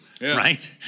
right